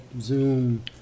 Zoom